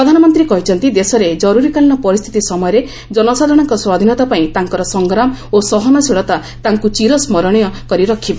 ପ୍ରଧାନମନ୍ତ୍ରୀ କହିଛନ୍ତି ଦେଶରେ ଜରୁରୀକାଳୀନ ପରିସ୍ଥିତି ସମୟରେ ଜନସାଧାରଣଙ୍କ ସ୍ୱାଧୀନତା ପାଇଁ ତାଙ୍କର ସଂଗ୍ରାମ ଓ ସହନଶୀଳତା ତାଙ୍କୁ ଚିରସ୍କରଣୀୟ କରି ରଖିବ